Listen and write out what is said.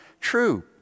true